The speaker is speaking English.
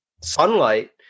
sunlight